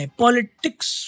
politics